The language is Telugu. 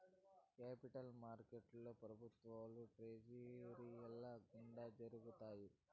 కేపిటల్ మార్కెట్లో ప్రభుత్వాలు ట్రెజరీల గుండా జరుపుతాయి